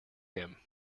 him